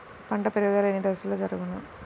పంట పెరుగుదల ఎన్ని దశలలో జరుగును?